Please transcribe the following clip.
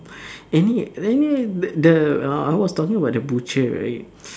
mm any any the uh I was talking about the butcher right